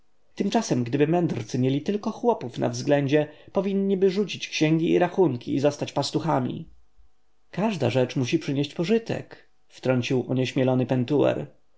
tymczasem gdyby mędrcy mieli tylko chłopów na względzie powinniby rzucić księgi i rachunki i zostać pastuchami każda rzecz musi przynieść pożytek wtrącił onieśmielony pentuer